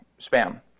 spam